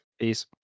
Peace